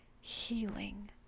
healing